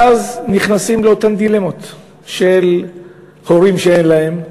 ואז נכנסים לאותן דילמות של הורים שאין להם.